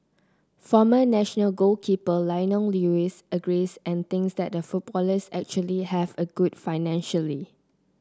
former national goalkeeper Lionel Lewis agrees and thinks that footballers actually have a good financially